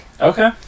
Okay